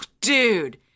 dude